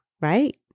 right